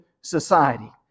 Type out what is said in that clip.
society